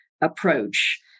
approach